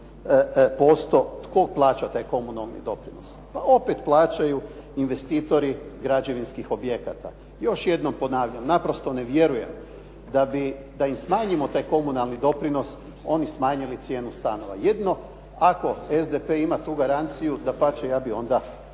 Pa opet plaćaju investitori građevinskih objekata. Još jednom ponavljam, naprosto ne vjerujem da bi, da im smanjimo taj komunalni doprinos, oni smanjili cijenu stanova. Jedino ako SDP ima tu garanciju, dapače ja bih onda